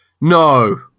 no